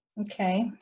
Okay